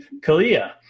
Kalia